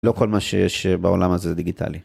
לא כל מה שיש בעולם הזה דיגיטלי.